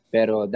Pero